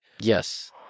Yes